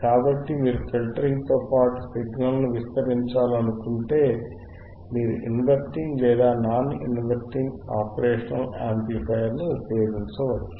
కాబట్టి మీరు ఫిల్టరింగ్ తో పాటు సిగ్నల్ను విస్తరించాలనుకుంటే మీరు ఇన్వర్టింగ్ లేదా నాన్ ఇన్వర్టింగ్ ఆపరేషనల్ యాంప్లిఫైయర్ను ఉపయోగించవచ్చు